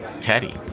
Teddy